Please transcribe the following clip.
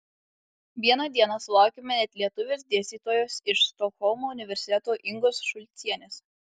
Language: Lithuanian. vieną dieną sulaukėme net lietuvės dėstytojos iš stokholmo universiteto ingos šulcienės